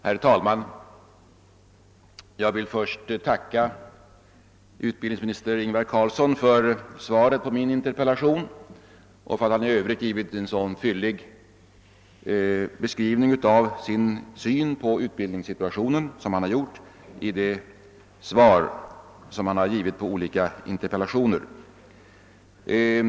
Herr talman! Jag vill först tacka utbildningsminister Ingvar Carlsson för svaret på min interpellation och för att han i övrigt givit en så fyllig beskrivning av sin syn på utbildningssituationen som han gjort i det svar han givit på olika interpellationer.